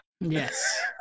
Yes